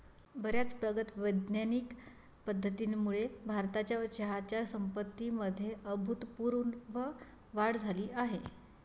बर्याच प्रगत वैज्ञानिक पद्धतींमुळे भारताच्या चहाच्या संपत्तीमध्ये अभूतपूर्व वाढ झाली आहे